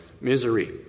misery